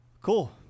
Cool